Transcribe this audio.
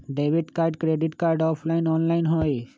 Debit card credit card offline online होई?